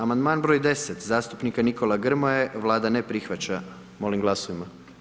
Amandman br. 10 zastupnika Nikola Grmoje, Vlada ne prihvaća, molim glasujmo.